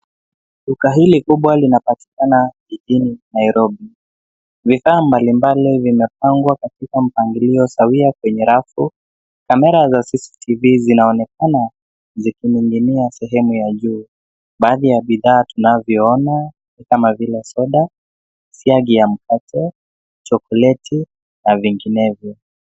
Duka hili kubwa linapatikana jijini Nairobi. Vifaa mbalimbali vimepangwa katika mpangilio sawia kwenye rafu. Kamera za CCTV zinaonekana zikining'inia sehemu ya juu. Baadhi ya bidhaa tunavyoona ni kama vile soda, siagi ya mkate, chokoleti na vinginevyo.